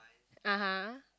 (uh huh)